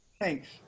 Thanks